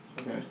Okay